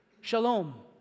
shalom